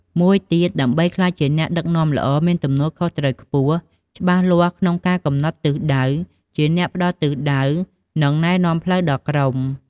មួយទៀត ដើម្បីក្លាយជាអ្នកដឹកនាំល្អ មានទំនួលខុសត្រូវខ្ពស់ ច្បាស់លាស់ក្នុងការកំណត់ទិសដៅ ជាអ្នកផ្តល់ទិសដៅ និងណែនាំផ្លូវដល់ក្រុម។